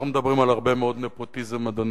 אנחנו מדברים על הרבה מאוד נפוטיזם, אדוני,